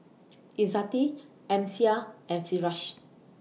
Izzati Amsyar and Firash